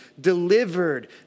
delivered